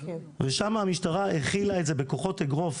ושם המשטרה הכילה את זה בכוחות אגרוף,